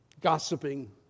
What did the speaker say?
gossiping